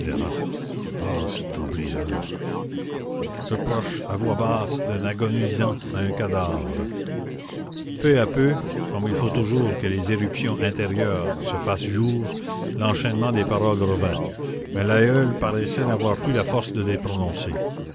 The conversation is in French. ah septembriseur reproches à voix basse d'un agonisant à un cadavre peu à peu comme il faut toujours que les éruptions intérieures se fassent jour l'enchaînement des paroles revint mais l'aïeul paraissait n'avoir plus la force de les prononcer